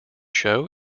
show